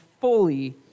fully